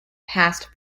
past